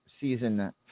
season